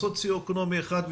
בסוציו-אקונומי 1,